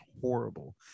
horrible